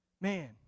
Man